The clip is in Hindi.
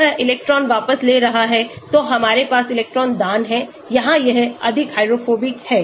यह इलेक्ट्रॉन वापस ले रहा है तो हमारे पास इलेक्ट्रॉन दान है यहाँ यह अधिक हाइड्रोफोबिक है यहाँ यह अधिक हाइड्रोफिलिक है